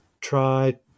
try